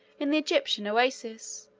in the egyptian oasis,